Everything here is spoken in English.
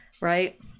Right